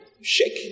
Shake